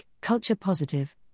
culture-positive